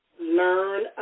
learn